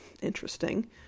interesting